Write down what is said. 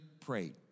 prayed